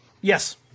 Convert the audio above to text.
Yes